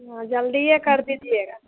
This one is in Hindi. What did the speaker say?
हाँ जल्दीए कर दीजिएगा